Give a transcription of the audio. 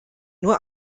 nur